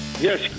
Yes